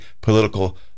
political